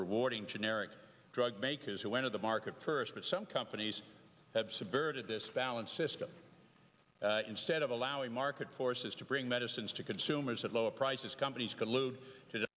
rewarding generic drug makers who enter the market first for some companies have subverted this balance system instead of allowing market forces to bring medicines to consumers at lower prices companies collude to the